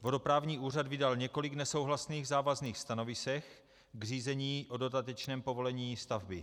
Vodoprávní úřad vydal několik nesouhlasných závazných stanovisek k řízení o dodatečném povolení stavby.